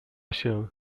się